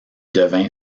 devint